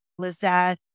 Lizeth